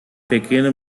pequena